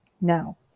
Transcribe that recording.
now